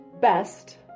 best